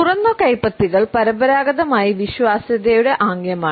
തുറന്ന കൈപ്പത്തികൾ പരമ്പരാഗതമായി വിശ്വാസ്യതയുടെ ആംഗ്യമാണ്